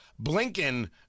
blinken